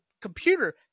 computer